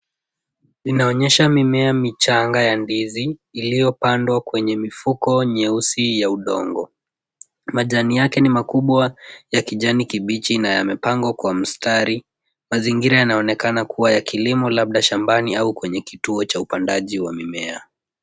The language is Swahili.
Inaonyesha mimea michanga ya ndizi, iliyopandwa kwenye mifuko nyeusi ya udongo. Majani yake ni makubwa ya kijani kibichi na yamepangwa kwa mstari. Mazingira yanaonekana kuwa ya kilimo labda shambani au kwenye kituo cha upandaji wa mimea.